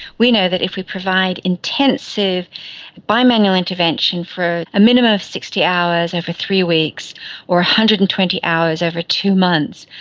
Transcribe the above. we know that if we provide intensive bimanual intervention for a minimum of sixty hours over three weeks or one hundred and twenty hours over two months,